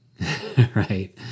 right